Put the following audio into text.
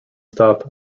stop